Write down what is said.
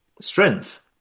strength